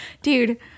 Dude